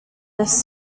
this